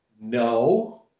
no